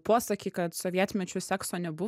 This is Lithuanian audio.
posakį kad sovietmečiu sekso nebu